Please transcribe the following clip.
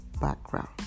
background